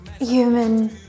human